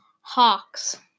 Hawks